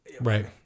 Right